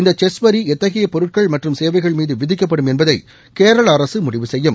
இந்த செஸ் வரி எத்தகைய பொருட்கள் மற்றும் சேவைகள்மீது விதிக்கப்படும் என்பதை கேரள அரசு முடிவு செய்யும்